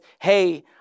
hey